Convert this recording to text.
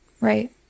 Right